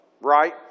right